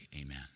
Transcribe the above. Amen